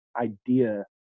idea